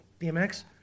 DMX